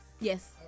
Yes